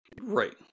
Right